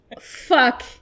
fuck